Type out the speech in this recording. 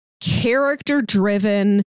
character-driven